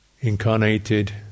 incarnated